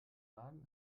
wagen